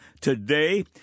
Today